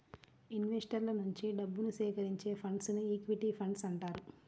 ఇన్వెస్టర్ల నుంచి డబ్బుని సేకరించే ఫండ్స్ను ఈక్విటీ ఫండ్స్ అంటారు